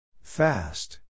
Fast